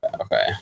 okay